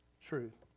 truth